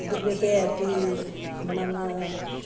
गृहे अपि मम